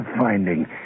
finding